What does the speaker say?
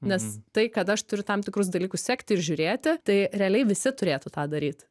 nes tai kad aš turiu tam tikrus dalykus sekti ir žiūrėti tai realiai visi turėtų tą daryt